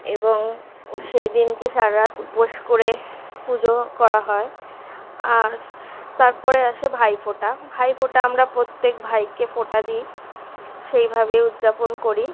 এবং সেই দিনকে সারারাত উপোস করে পুজো করা হয় আর তার পরে আসে ভাইফোঁটা ভাইফোঁটা আমরা প্রত্যেক ভাইকে ফোঁটা দিই সেইভাবে উদ্যাপন করি